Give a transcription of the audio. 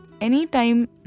anytime